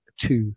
two